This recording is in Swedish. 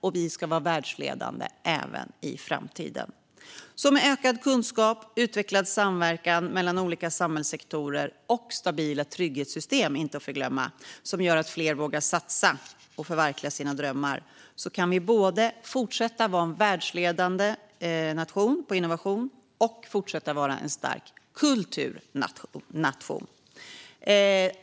Och vi ska vara världsledande även i framtiden. Med ökad kunskap, utvecklad samverkan mellan olika samhällssektorer och stabila trygghetssystem som gör att fler vågar satsa och förverkliga sina drömmar kan vi både fortsätta att vara en världsledande nation när det gäller innovation och en stark kulturnation.